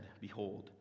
Behold